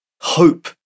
hope